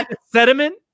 sediment